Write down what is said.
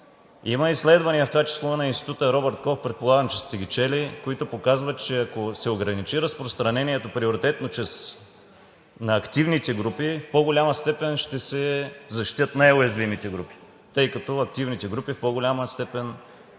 Има изследвания, в това число на Института „Роберт Кох“, предполагам, че сте ги чели, които показват, че ако се ограничи разпространението приоритетно на активните групи, в по голяма степен ще се защитят най-уязвимите групи, тъй като активните групи в по-голяма степен